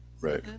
Right